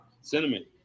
Cinnamon